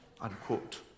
unquote